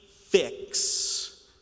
fix